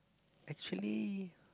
actually